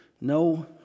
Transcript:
no